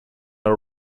der